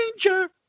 danger